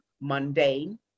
mundane